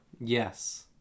Yes